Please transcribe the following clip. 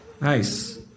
Nice